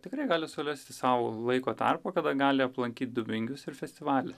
tikrai gali surasti sau laiko tarpą kada gali aplankyt dubingius ir festivalį